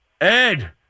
Ed